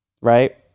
Right